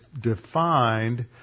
defined